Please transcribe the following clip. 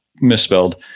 misspelled